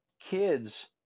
kids